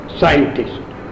scientists